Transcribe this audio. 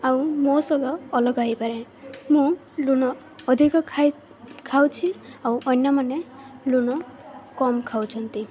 ଆଉ ମୋ ସଧ ଅଲଗା ହୋଇପାରେ ମୁଁ ଲୁଣ ଅଧିକ ଖାଉଛି ଆଉ ଅନ୍ୟମାନେ ଲୁଣ କମ୍ ଖାଉଛନ୍ତି